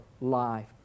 life